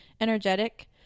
Energetic